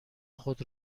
خود